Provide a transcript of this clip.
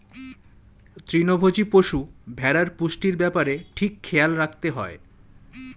তৃণভোজী পশু, ভেড়ার পুষ্টির ব্যাপারে ঠিক খেয়াল রাখতে হয়